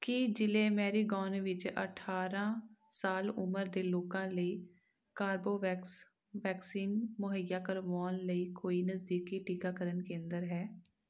ਕੀ ਜ਼ਿਲ੍ਹੇ ਮੈਰੀਗੌਨ ਵਿੱਚ ਅਠਾਰ੍ਹਾਂ ਸਾਲ ਉਮਰ ਦੇ ਲੋਕਾਂ ਲਈ ਕਾਰਬੋਵੈਕਸ ਵੈਕਸੀਨ ਮੁਹੱਈਆ ਕਰਵਾਉਣ ਲਈ ਕੋਈ ਨਜ਼ਦੀਕੀ ਟੀਕਾਕਰਨ ਕੇਂਦਰ ਹੈ